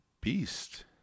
beast